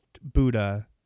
buddha